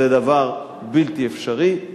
זה דבר בלתי אפשרי,